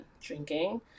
drinking